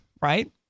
Right